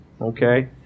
Okay